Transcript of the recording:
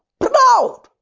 proud